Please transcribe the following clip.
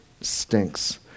stinks